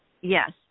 Yes